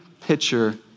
picture